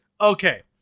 Okay